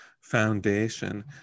foundation